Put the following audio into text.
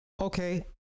Okay